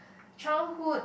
childhood